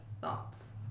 thoughts